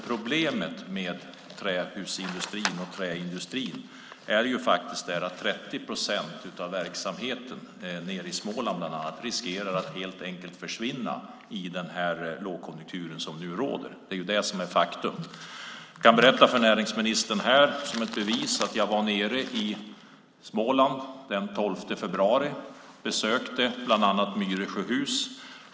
Problemet med trähus och träindustrin är att 30 procent av verksamheten, bland annat nere i Småland, riskerar att helt enkelt försvinna i den lågkonjunktur som nu råder. Det är ett faktum. Jag kan berätta för näringsministern att jag var nere i Småland den 12 februari och då besökte bland annat Myresjöhus.